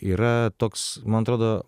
yra toks man atrodo